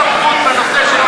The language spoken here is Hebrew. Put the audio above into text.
משרד האוצר,